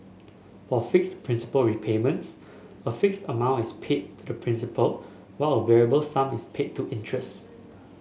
for fixed principal repayments a fixed amount is paid to principal while a variable sum is paid to interest